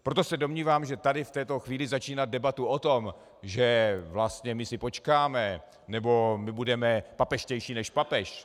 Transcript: Proto se domnívám, že tady v této chvíli začínat debatu o tom, že vlastně my si počkáme, nebo budeme papežštější než papež...